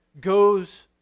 goes